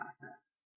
process